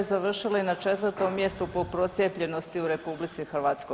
Završili na 4. mjestu po procijepljenosti u RH.